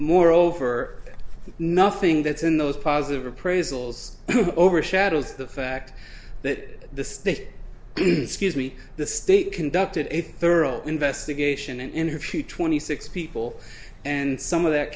moreover nothing that's in those positive appraisals overshadows the fact that the state scuse me the state conducted a thorough investigation and in her future twenty six people and some of that